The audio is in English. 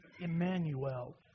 Emmanuel